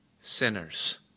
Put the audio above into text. sinners